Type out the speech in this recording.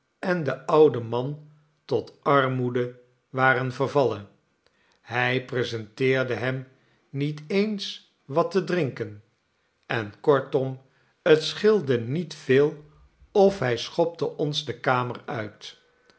en de oude man tot armoede waren vervallen hij presenteerde hem niet eens wat te drinken en kortom het scheelde niet veel of hij schopte ons de kamer uit